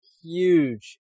huge